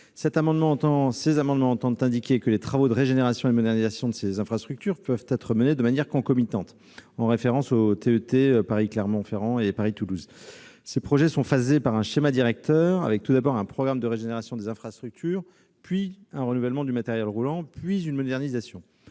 Ces amendements visent à prévoir que les travaux de régénération et de modernisation de ces infrastructures peuvent être menés de manière concomitante. Leurs auteurs font référence aux trains d'équilibre du territoire Paris-Clermont-Ferrand et Paris-Toulouse. Ces projets sont phasés par un schéma directeur : il y a tout d'abord un programme de régénération des infrastructures, puis un renouvellement du matériel roulant, enfin une modernisation.